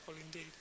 indeed